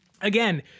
Again